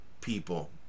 people